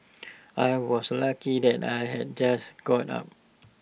I was lucky that I had just got up